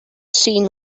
seen